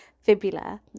Fibula